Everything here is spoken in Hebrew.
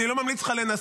אני לא ממליץ לך לנסות,